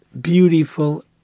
beautiful